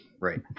Right